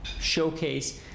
showcase